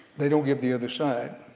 they don't give the other side,